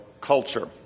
culture